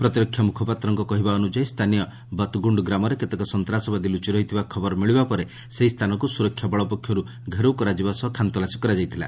ପ୍ରତିରକ୍ଷା ମୁଖପାତ୍ରଙ୍କ କହିବା ଅନୁଯାୟୀ ସ୍ଥାନୀୟ ବତ୍ଗୁଣ୍ଡ ଗ୍ରାମରେ କେତେକ ସନ୍ତାସବାଦୀ ଲୁଚି ରହିଥିବା ଖବର ମିଳିବା ପରେ ସେହି ସ୍ଥାନକୁ ସ୍ୱରକ୍ଷା ବଳ ପକ୍ଷର୍ତ ଘେରାଉ କରାଯିବା ସହ ଖାନ୍ତଲାସୀ କରାଯାଇଥିଲା